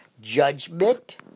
judgment